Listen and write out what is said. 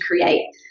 create